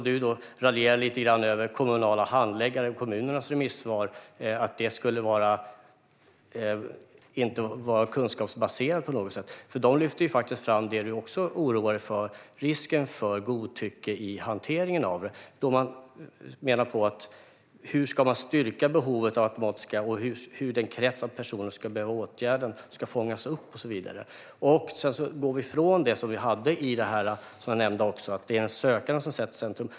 Du raljerar lite grann över att de kommunala handläggarnas och kommunernas remissvar inte skulle vara kunskapsbaserade, Caroline Szyber, men de lyfter faktiskt fram även det du oroar dig för: risken för godtycke i hanteringen. Man undrar hur man ska styrka behovet av det automatiska, hur den krets av personer som behöver åtgärden ska fångas upp och så vidare. Sedan går vi även ifrån det vi hade och som jag nämnde, att det är den sökande som sätts i centrum.